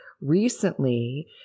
recently